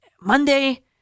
Monday –